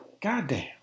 Goddamn